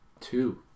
Two